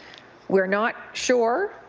we're not sure,